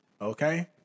Okay